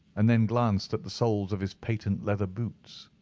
and then glanced at the soles of his patent leather boots.